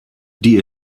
die